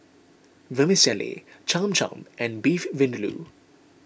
Vermicelli Cham Cham and Beef Vindaloo